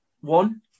one